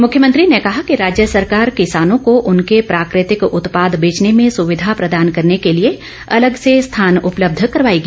मुख्यमंत्री ने कहा कि राज्य सरकार किसानों को उनके प्राकृतिक उत्पाद बेचने में सुविधा प्रदान करने के लिए अलग े से स्थान उपलब्ध करवाएगी